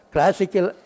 Classical